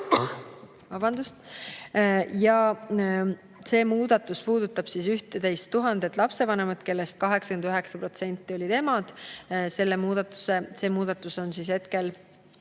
See muudatus puudutab 11 000 lapsevanemat, kellest 89% on emad. See muudatus on hetkel